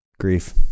grief